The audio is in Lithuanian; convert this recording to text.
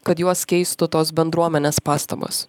kad juos keistų tos bendruomenės pastabos